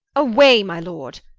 away my lord,